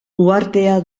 uhartea